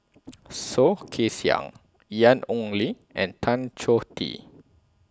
Soh Kay Siang Ian Ong Li and Tan Choh Tee